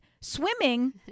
swimming